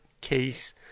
case